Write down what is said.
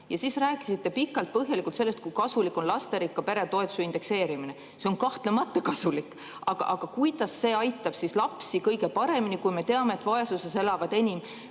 ja siis rääkisite pikalt ja põhjalikult sellest, kui kasulik on lasterikka pere toetuse indekseerimine. See on kahtlemata kasulik, aga kuidas see aitab lapsi kõige paremini, kui me teame, et vaesuses elavad enim